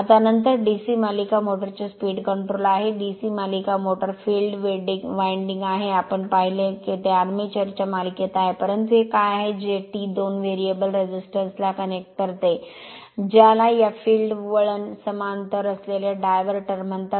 आता नंतर DC मालिका मोटर चे स्पीड कंट्रोल आहे DC मालिका मोटार फील्ड विंडिंग आहे आम्ही पाहिले आहे ते आर्मेचर च्या मालिकेत आहे परंतु हे काय आहे जे टी २ व्हेरिएबल रेझिस्टन्स ला कनेक्ट करते ज्याला या फील्ड वळण समांतर असलेले डायव्हर्टर म्हणतात